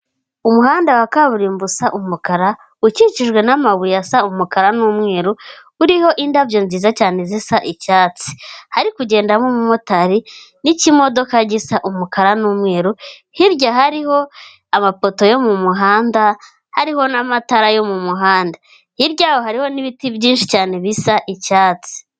Umuhanda wa kaburimbo usa umukara, ukikijwe n'amabuye asa umukara n'umweru, uriho indabyo nziza cyane zisa icyatsi, hari kugendamo umumotari n'ikimodoka gisa umukara n'umweru, hirya hariho amapoto yo mu muhanda, hariho n'amatara yo mu muhanda, hirya yaho hariho n'ibiti byinshi cyane bisa icyatsi.